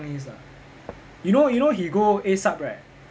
is ah you know you know he go eight sub right